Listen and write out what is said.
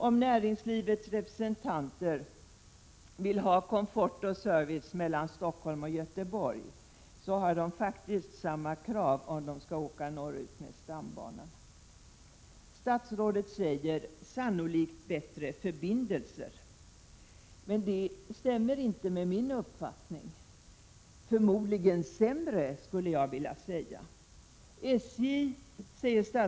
Om näringslivets representanter vill ha komfort och service mellan Stockholm och Göteborg, ställer de faktiskt samma krav när de skall åka norrut på stambanan. Statsrådet säger att det sannolikt blir bättre förbindelser. Men det stämmer inte med min uppfattning. Förmodligen blir det sämre förbindelser, skulle jag vilja säga.